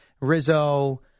Rizzo